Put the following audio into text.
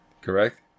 Correct